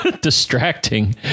distracting